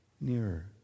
nearer